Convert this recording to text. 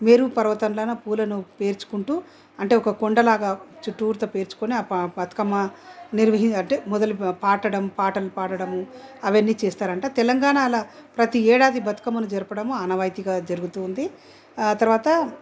మేరుపర్వతంలోను పూలను పేర్చుకుంటూ అంటే ఒక కొండలాగా చుట్టూరా పేర్చుకుని బతుకమ్మ అంటే మొదలుగా పాడడం పాటలు పాడడము అవన్నీ చేస్తారంట తెలంగాణాలా ప్రతీ ఏడాది బతుకమ్మను జరపడం ఆనవాయితీగా జరుగతూ ఉంది తర్వాత